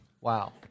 Wow